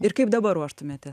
ir kaip dabar ruoštumėtės